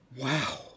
Wow